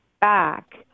back